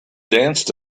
danced